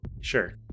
Sure